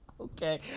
Okay